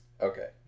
Okay